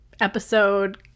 episode